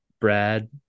Brad